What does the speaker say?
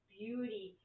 beauty